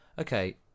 Okay